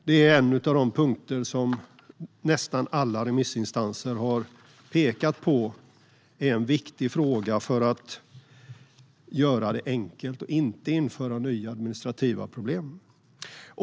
Detta är en av de punkter som nästan alla remissinstanser har pekat på är en viktig fråga för att göra det enkelt och inte införa nya administrativa problem.